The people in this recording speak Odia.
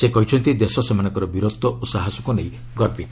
ସେ କହିଛନ୍ତି ଦେଶ ସେମାନଙ୍କର ବୀରତ୍ୱ ଓ ସାହସକୁ ନେଇ ଗର୍ବିତ